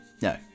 No